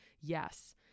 yes